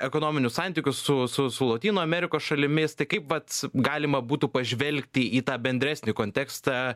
ekonominius santykius su su su lotynų amerikos šalimis tai kaip vats galima būtų pažvelgti į tą bendresnį kontekstą